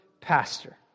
pastor